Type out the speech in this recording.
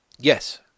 Yes